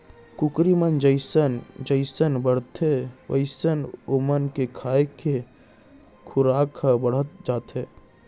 कुकरी मन जइसन जइसन बाढ़थें वोइसने ओमन के खाए के खुराक ह बाढ़त जाथे